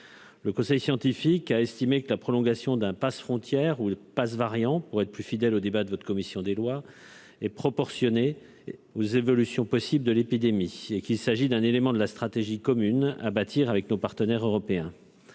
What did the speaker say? Le conseil scientifique a estimé que la prolongation d'un passe frontières- ou « passe variant », dénomination plus fidèle aux débats de votre commission des lois -est proportionnée aux évolutions possibles de l'épidémie et qu'il s'agit d'un élément de la stratégie commune à bâtir avec nos partenaires européens.